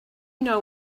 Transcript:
know